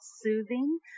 soothing